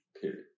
period